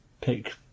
pick